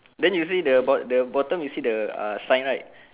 then you say the about the bottom you see the uh sign right